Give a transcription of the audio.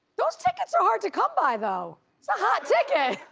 those tickets are hard to come by though. it's a hot ticket.